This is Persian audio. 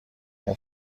اون